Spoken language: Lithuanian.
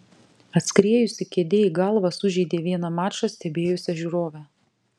atskriejusi kėdė į galvą sužeidė vieną mačą stebėjusią žiūrovę